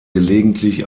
gelegentlich